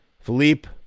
philippe